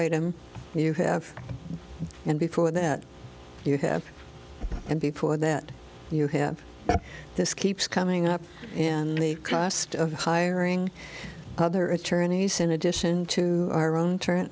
item you have and before that you have and before that you have this keeps coming up and the cost of hiring other attorneys in addition to our own t